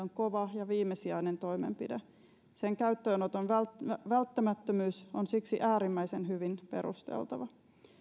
on kova ja viimesijainen toimenpide sen välttämättömyys on siksi äärimmäisen hyvin perusteltava